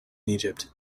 egypt